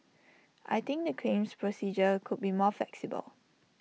I think the claims procedure could be more flexible